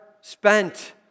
spent